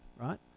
right